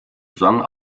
song